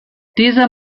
dieser